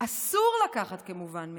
אסור לקחת כמובן מאליו.